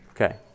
Okay